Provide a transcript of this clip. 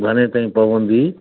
घणे ताईं पवंदी